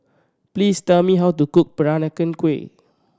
please tell me how to cook Peranakan Kueh